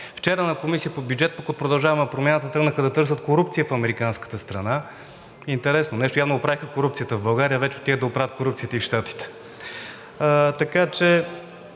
Вчера на Комисията по бюджет и финанси пък от „Продължаваме Промяната“ тръгнаха да търсят корупция в американската страна – интересно нещо, явно оправиха корупцията в България и вече отиват да оправят корупцията и в Щатите. Така че